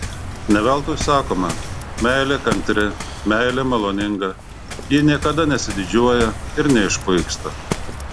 ne veltui sakoma meilė kantri meilė maloninga ji niekada nesididžiuoja ir neišpuiksta